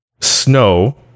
snow